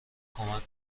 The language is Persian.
کمک